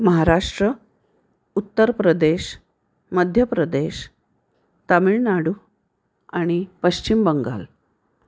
महाराष्ट्र उत्तर प्रदेश मध्य प्रदेश तामिळनाडू आणि पश्चिम बंगाल